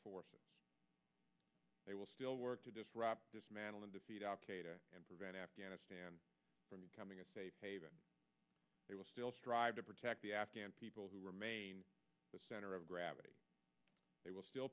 forces they will still work to disrupt dismantle and defeat al qaeda and prevent afghanistan from becoming a safe haven they will still strive to protect the afghan people who remain the center of gravity they will still